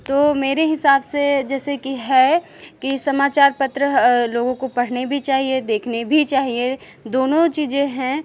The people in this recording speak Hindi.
तो मेरे हिसाब से जैसे कि है कि समाचार पत्र लोगों को पढ़ने भी चाहिए देखने भी चाहिए दोनों चीज़ें हैं